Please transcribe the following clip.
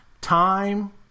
time